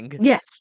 Yes